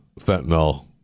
fentanyl